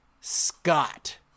Scott